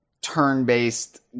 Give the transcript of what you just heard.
turn-based